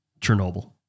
Chernobyl